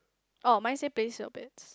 orh my say place your bets